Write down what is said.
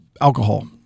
alcohol